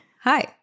hi